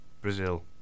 Brazil